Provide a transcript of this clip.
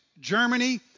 Germany